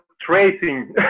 tracing